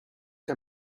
que